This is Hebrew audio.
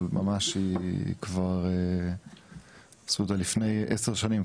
אבל עשו אותה כבר לפני עשר שנים.